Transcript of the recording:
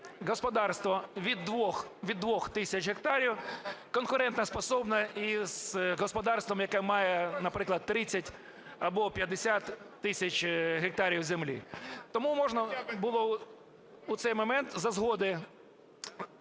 господарство від 2 тисяч гектарів конкурентоспособне із господарством, яке має, наприклад, 30 або 50 тисяч гектарів землі. Тому можна було б у цей момент за згоди